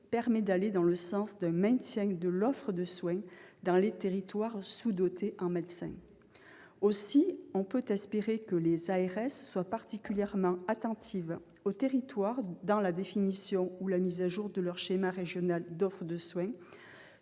permettent d'aller dans le sens d'un maintien de l'offre de soins dans les territoires sous-dotés en médecins. Aussi, on peut espérer que les ARS soient particulièrement attentives aux territoires dans la définition ou la mise à jour de leur schéma régional d'offre de soins